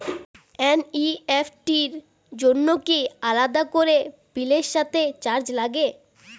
NEFT র জন্য কি আলাদা করে বিলের সাথে চার্জ লাগে?